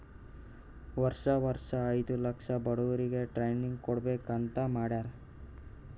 ವರ್ಷಾ ವರ್ಷಾ ಐಯ್ದ ಲಕ್ಷ ಬಡುರಿಗ್ ಟ್ರೈನಿಂಗ್ ಕೊಡ್ಬೇಕ್ ಅಂತ್ ಮಾಡ್ಯಾರ್